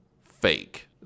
fake